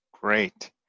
Great